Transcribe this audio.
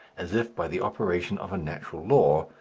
as if by the operation of a natural law,